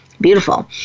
Beautiful